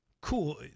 cool